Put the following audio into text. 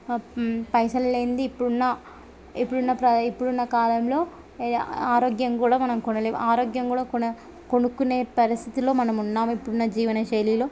పైసలు లేంది ఇప్పుడున్న ఇప్పుడున్న ఇప్పుడున్న కాలంలో ఆరోగ్యం కూడా మనం కొనలేం ఆరోగ్యం కూడా కొన కొనుక్కునే పరిస్థితుల్లో మనం ఉన్నాం ఇప్పుడున్న జీవన శైలిలో